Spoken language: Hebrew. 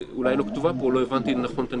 שאולי לא כתובה פה או לא הבנתי נכון את הניסוח.